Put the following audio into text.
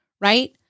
right